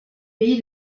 pays